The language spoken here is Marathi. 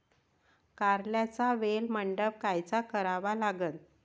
कारल्याचा वेल मंडप कायचा करावा लागन?